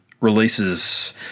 releases